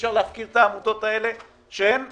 אפשר להפקיר את העמותות האלה שהם בחזית.